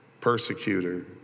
persecutor